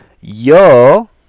yo